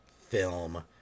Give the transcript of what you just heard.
film